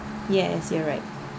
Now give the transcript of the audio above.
yes you're right